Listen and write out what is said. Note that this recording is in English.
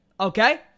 Okay